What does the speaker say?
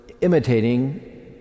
imitating